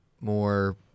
more